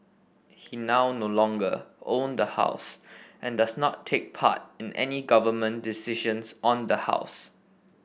he now no longer own the house and does not take part in any Government decisions on the house